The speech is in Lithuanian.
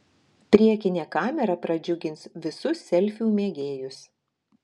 priekinė kamera pradžiugins visus selfių mėgėjus